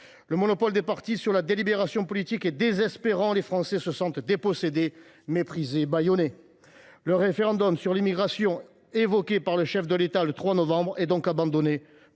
Le monopole des partis sur la délibération politique est désespérant. Les Français se sentent dépossédés, méprisés, bâillonnés. Le référendum sur l’immigration évoqué par le chef de l’État le 3 novembre dernier est donc abandonné